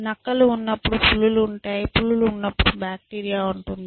నక్కలు ఉన్నప్పుడు పులులు ఉంటాయి పులులు ఉన్నప్పుడు బ్యాక్టీరియా ఉంటుంది